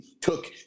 took